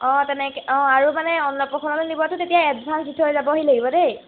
অঁ তেনেকৈ অঁ আৰু মানে অন্নপ্ৰসন্নলৈ নিবতো তেতিয়া এডভান্স দি থৈ যাবহি লাগিব দেই